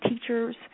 teachers